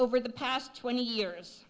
over the past twenty years